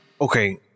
Okay